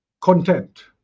content